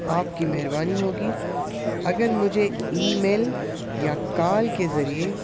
آپ کی مہربانی ہوگی اگر مجھے ای میل یا کال کے ذریعے